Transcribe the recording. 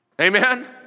Amen